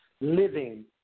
living